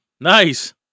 Nice